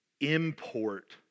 import